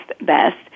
best